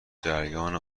جریان